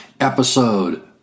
Episode